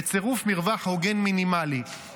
בצירוף מרווח הוגן מינימלי.